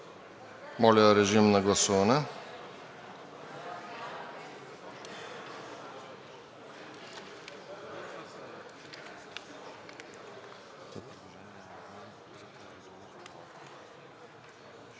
Моля, режим на гласуване.